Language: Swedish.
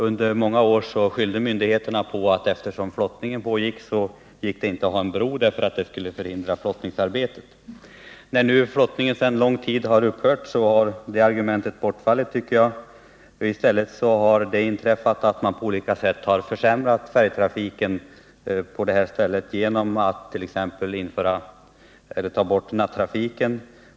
Under många år skyllde myndigheterna på att eftersom flottning pågick kunde man inte ha en bro därför att den skulle förhindra flottningsarbetet. När nu flottningen sedan lång tid upphört har det argumentet bortfallit, tycker jag. I stället har det inträffat att man på olika sätt försämrat färjetrafiken på det här stället genom att t.ex. ta bort nattrafiken.